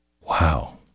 Wow